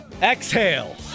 Exhale